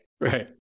Right